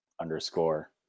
underscore